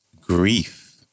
grief